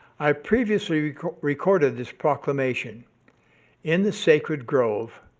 i previously recorded this proclamation in the sacred grove,